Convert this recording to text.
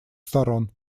сторон